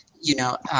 you know,